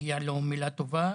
מגיעה לו מילה טובה.